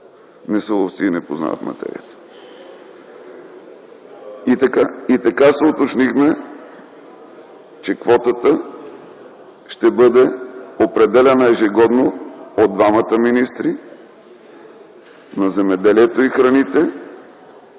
не са ловци и не познават материята. Уточнихме се, че квотата ще бъде определяна ежегодно от двамата министри – на земеделието и храните